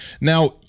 Now